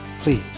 Please